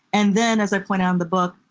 and then, as i point out in the book,